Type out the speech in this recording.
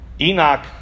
Enoch